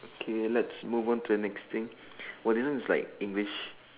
okay let's move on to the next thing !woah! this one is like English